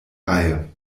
reihe